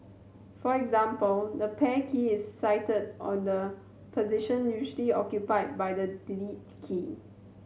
for example the Pair key is sited on the position usually occupied by the Delete key